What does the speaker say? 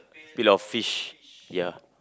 pail of fish ya